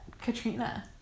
Katrina